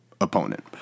opponent